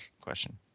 question